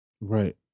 Right